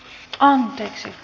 päättynyt